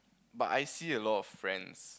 but I see a lot of friends